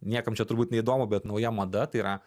niekam čia turbūt neįdomu bet nauja mada tai yra